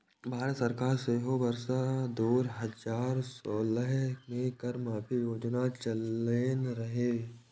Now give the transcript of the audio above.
भारत सरकार सेहो वर्ष दू हजार सोलह मे कर माफी योजना चलेने रहै